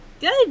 Good